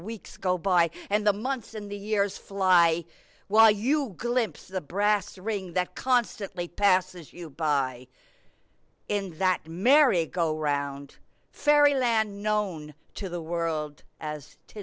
weeks go by and the months and the years fly while you glimpse the brass ring that constantly passes you by in that merry go round fairy land known to the world as t